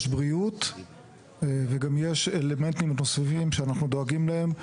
יש בריאות וגם יש אלמנטים נוספים שאנחנו דואגים להם,